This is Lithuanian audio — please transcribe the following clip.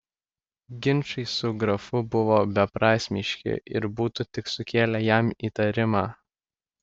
ginčai su grafu buvo beprasmiški ir būtų tik sukėlę jam įtarimą